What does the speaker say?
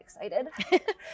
excited